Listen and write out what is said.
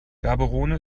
gaborone